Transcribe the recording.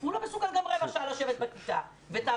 הוא גם לא מסוגל לשבת רבע שעה בכיתה ותארי